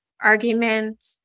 argument